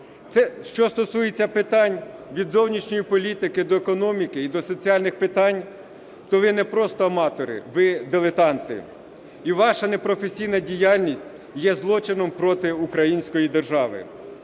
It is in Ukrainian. що стосується питань від зовнішньої політики до економіки і до соціальних питань, то ви не просто аматори, ви дилетанти, і ваша непрофесійна діяльність є злочином проти української держави.